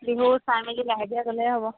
বিহু চাই মেলি লাহে ধীৰে গ'লেহে হ'ব